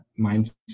mindset